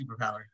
superpower